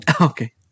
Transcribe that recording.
Okay